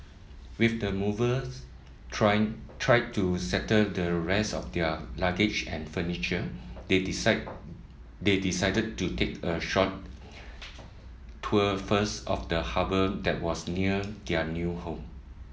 with the movers trying try to settle the rest of their luggage and furniture they decide they decided to take a short tour first of the harbour that was near their new home